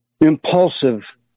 impulsive